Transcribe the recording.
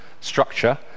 structure